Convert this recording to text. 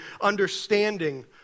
understanding